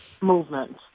movement